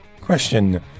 question